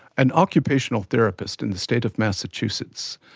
an occupational therapist in the state of massachussetts,